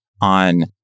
on